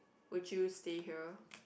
would you stay here